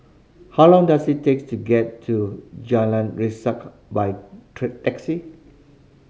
how long does it takes to get to Jalan Resak by taxi